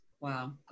Wow